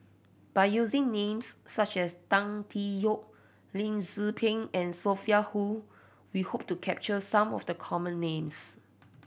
by using names such as Tan Tee Yoke Lee Tzu Pheng and Sophia Hull we hope to capture some of the common names